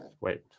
wait